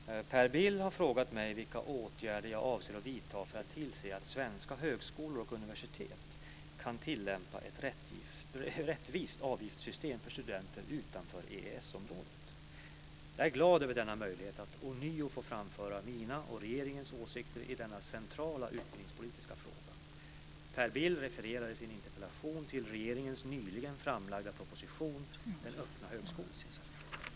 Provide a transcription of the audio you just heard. Fru talman! Per Bill har frågat mig vilka åtgärder jag avser att vidta för att tillse att svenska högskolor och universitet kan tillämpa ett rättvist avgiftssystem för studenter utanför EES-området. Jag är glad över denna möjlighet att ånyo få framföra mina och regeringens åsikter i denna centrala utbildningspolitiska fråga. Per Bill refererar i sin interpellation till regeringens nyligen framlagda proposition Den öppna högskolan .